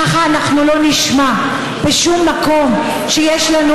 ככה אנחנו לא נשמע בשום מקום שיש לנו